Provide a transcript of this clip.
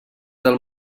del